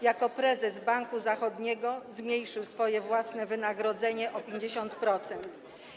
Jako prezes Banku Zachodniego zmniejszył swoje własne wynagrodzenie o 50%.